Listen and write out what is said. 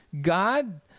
God